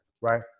right